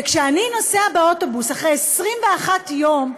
וכשאני נוסע באוטובוס, אחרי 21 יום,